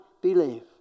believe